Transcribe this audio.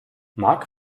mark